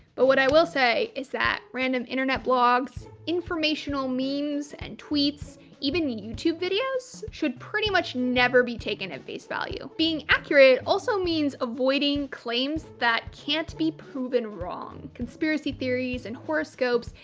but what i will say is that random internet blogs, informational memes and tweets, even youtube videos should pretty much never be taken at face value. being accurate also means avoiding claims that can't be proven wrong. conspiracy theories and horoscopes,